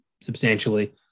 substantially